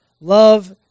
Love